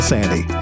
Sandy